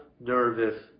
nervous